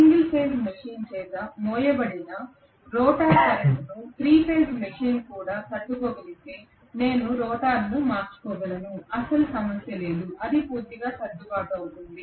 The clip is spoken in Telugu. సింగిల్ ఫేజ్ మెషీన్ చేత మోయబడిన రోటర్ కరెంట్ను 3 ఫేజ్ మెషీన్ కూడా తట్టుకోగలిగితే నేను రోటర్ను మార్చుకోగలను అస్సలు సమస్య లేదు అది పూర్తిగా సర్దుబాటు అవుతుంది